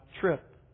trip